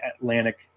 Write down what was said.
Atlantic